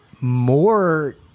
more